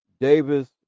Davis